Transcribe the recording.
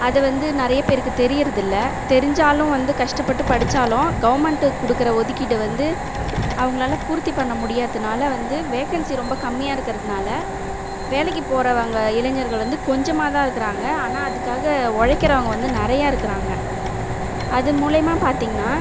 அது வந்து நெறைய பேருக்குத் தெரியறதில்ல தெரிஞ்சாலும் வந்து கஷ்டப்பட்டு படித்தாலும் கவர்ன்மென்ட் கொடுக்குற ஒதுக்கீட்டை வந்து அவங்களால் பூர்த்தி பண்ணமுடியாததுனால வந்து வேக்கன்சி ரொம்ப கம்மியாக இருக்கிறதுனால வேலைக்குப் போகிறவங்க இளைஞர்கள் வந்து கொஞ்சமாக தான் இருக்கிறாங்க ஆனால் அதுக்காக உழைக்கிறவங்க வந்து நிறையா இருக்கிறாங்க அது மூலிமா பார்த்தீங்கன்னா